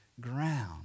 ground